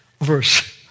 verse